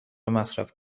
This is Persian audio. مصرف